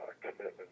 commitment